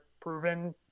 proven